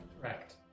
Correct